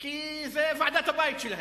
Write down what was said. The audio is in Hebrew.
כי זו ועדת הבית שלהם,